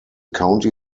county